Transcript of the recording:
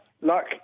Luck